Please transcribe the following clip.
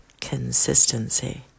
consistency